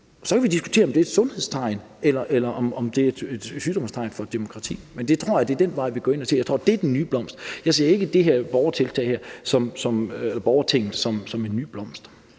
Så kan vi diskutere, om det er et sundhedstegn, eller om det er et sygdomstegn for et demokrati. Men jeg tror, at det går den vej. Jeg tror, at det er den nye blomst. Jeg ser ikke det her med borgertinget, som en ny blomst.